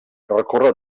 recorre